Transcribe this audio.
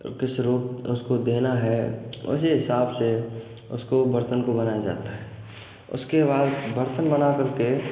किस रूप उसको देना है उसी हिसाब से उसको बर्तन को बनाया जाता है उसके बाद बर्तन बनाकर के